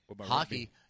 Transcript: Hockey